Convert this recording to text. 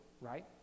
right